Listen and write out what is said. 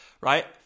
right